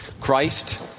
Christ